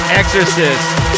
exorcist